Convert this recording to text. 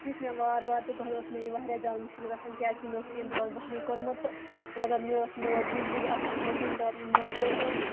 ہیوٚچھ مےٚ وارٕ وارٕ تہٕ گۄڈٕ اوس مےٚ یِوان واریاہ زیادٕ مُشکل گژھان کیٛازِکہ مےٚ اوس نہٕ امہِ برونٛتھ زَہاے کوٚرمُت تہٕ مگر مےٚ ٲس موج وِزِ وِزِ آسان اَتے تہٕ نظرِ تہٕ